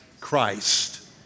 Christ